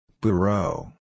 Bureau